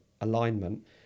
alignment